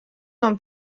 non